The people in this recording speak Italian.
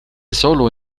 solo